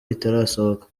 itarasohoka